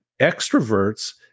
Extroverts